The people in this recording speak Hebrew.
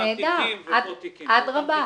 בסדר גמור, אדרבא.